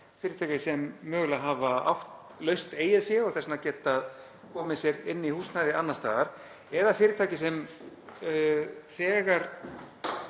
fyrirtæki sem mögulega hafa átt laust eigið fé og þess vegna getað komið sér inn í húsnæði annars staðar eða fyrirtæki sem þegar